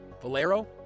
Valero